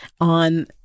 on